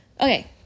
Okay